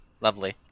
Lovely